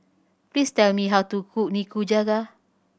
please tell me how to cook Nikujaga